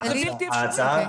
ההצעה